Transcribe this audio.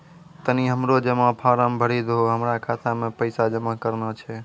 तनी हमरो जमा फारम भरी दहो, हमरा खाता मे पैसा जमा करना छै